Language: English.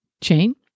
chain